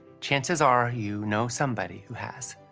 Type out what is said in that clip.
chances are you know somebody who has.